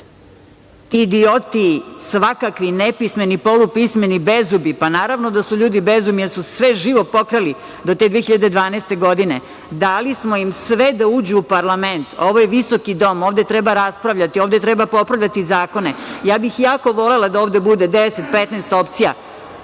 idioti, svakakvi, nepismeni, polupismeni, bezubi. Pa, naravno da su ljudi bezubi jer su sve živo pokrali do te 2012. godine. Dali smo im sve da uđu u parlament, u ovaj visoki dom. Ovde treba raspravljati, ovde treba popravljati zakone. Jako bih volela da ovde bude 10, 15 opcija,